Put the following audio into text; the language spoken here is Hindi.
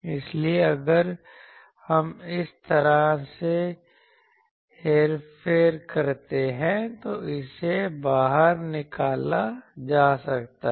इसलिए अगर हम इस तरह से हेरफेर करते हैं तो इसे बाहर निकाला जा सकता है